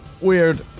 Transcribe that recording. weird